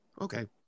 okay